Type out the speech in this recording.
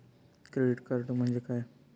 Credit card म्हणजे काय?